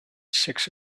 six